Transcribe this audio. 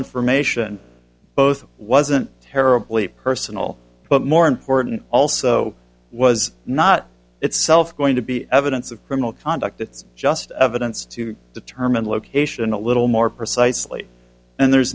information both wasn't terribly personal but more important also was not itself going to be evidence of criminal conduct it's just evidence to determine location a little more precisely and there's